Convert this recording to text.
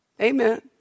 Amen